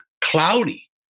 cloudy